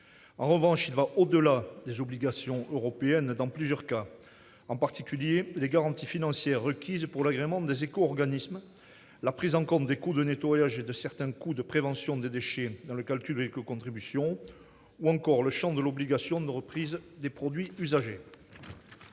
En revanche, il va au-delà des obligations européennes dans plusieurs domaines, en particulier en matière de garanties financières requises pour l'agrément des éco-organismes, de prise en compte des coûts de nettoyage et de certains coûts de prévention des déchets dans le calcul de l'éco-contribution ou encore en ce qui concerne le champ de l'obligation de reprise des produits usagés.